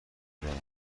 دارند